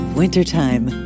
wintertime